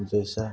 जैसा